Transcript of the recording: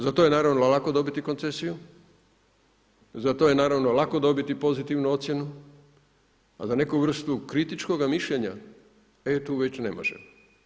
Za to je naravno lako dobiti koncesiju, za to je naravno lako dobiti pozitivnu ocjenu, a za neku vrstu kritičnoga mišljenja, e tu već ne možemo.